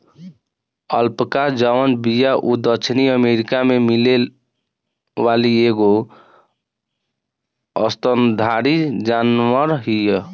alpaca जवन बिया उ दक्षिणी अमेरिका में मिले वाली एगो स्तनधारी जानवर हिय